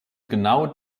genau